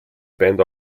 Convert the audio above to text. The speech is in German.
band